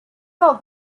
del